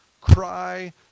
cry